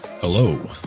Hello